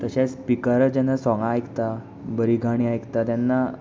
तशेंच स्पिकरार जेन्ना सॉंगां आयकता बरी गाणी आयकता तेन्ना